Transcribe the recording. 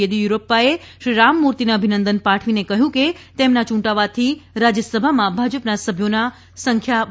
વેદ્દીયુરપ્પાએ શ્રી રામમૂર્તિને અભિનંદન પાઠવીને કહ્યું કે તેમના યૂંટાવાથી રાજ્યસભામાં ભાજપના સભ્યોના સંખ્યા વધશે